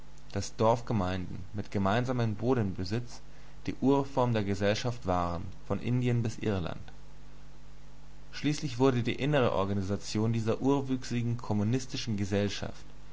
daß dorfgemeinden mit gemeinsamem bodenbesitz die urform der gesellschaft waren von indien bis irland schließlich wurde die innere organisation dieser urwüchsigen kommunistischen gesellschaft